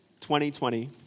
2020